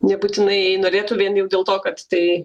nebūtinai norėtų vien jau dėl to kad tai